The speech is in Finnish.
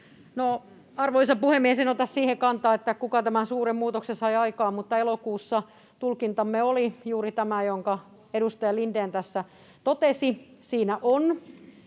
arvoisa puhemies, en ota siihen kantaa, kuka tämän suuren muutoksen sai aikaan, mutta elokuussa tulkintamme oli juuri tämä, jonka edustaja Lindén tässä totesi. Siinä,